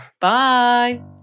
Bye